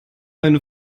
eine